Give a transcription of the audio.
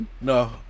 No